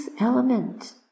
element